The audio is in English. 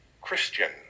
Christian